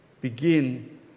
Begin